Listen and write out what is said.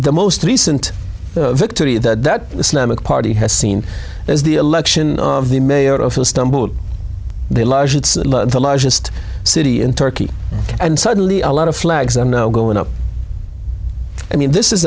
the most recent victory that that islamic party has seen as the election of the mayor of istanbul the largest city in turkey and suddenly a lot of flags are now going up i mean this is